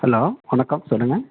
hello வணக்கம் சொல்லுங்கள்